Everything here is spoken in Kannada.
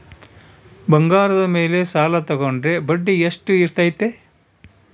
ಬಂಗಾರದ ಮೇಲೆ ಸಾಲ ತೋಗೊಂಡ್ರೆ ಬಡ್ಡಿ ಎಷ್ಟು ಇರ್ತೈತೆ?